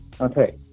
Okay